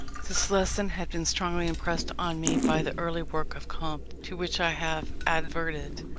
this lesson had been strongly impressed on me by the early work of comte, to which i have adverted.